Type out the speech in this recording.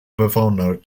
bewohner